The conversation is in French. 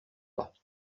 pas